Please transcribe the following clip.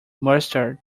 mustard